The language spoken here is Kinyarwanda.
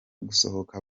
gusohoka